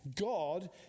God